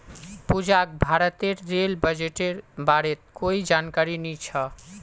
पूजाक भारतेर रेल बजटेर बारेत कोई जानकारी नी छ